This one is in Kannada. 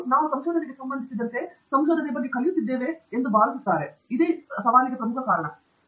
ನಾವು ಸಂಶೋಧನೆಗೆ ಸಂಬಂಧಿಸಿದಂತೆ ನಾವು ಸಂಶೋಧನೆಯ ಬಗ್ಗೆ ಕಲಿಯುತ್ತಿದ್ದೇವೆ ಎಂಬುದು ಇದರ ಪ್ರಮುಖ ಕಾರಣವೆಂದು ನಾನು ಭಾವಿಸುತ್ತೇನೆ ವಿಶೇಷವಾಗಿ ಮೊದಲ ಬಾರಿಗೆ ಸಂಶೋಧಕರು